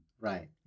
Right